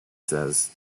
says